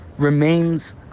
remains